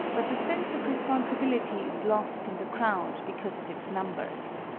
but the sense of responsibility is lost in the crowd because of its numbers.